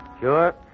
Sure